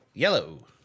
yellow